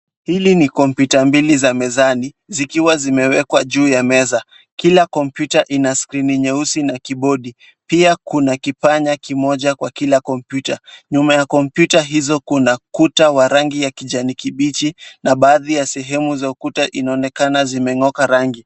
Hili ni kompyuta mbili za mezani zikiwa zimewekwa juu ya meza. Kila kompyuta ina skrini nyeusi na kibodi. Pia kuna kipanya kimoja kwa kila kompyuta. Nyuma ya kompyuta hizo kuna ukuta wa rangi wa kijani kibichi na baadhi ya sehemu za ukuta inaonekana zimeng'oka rangi.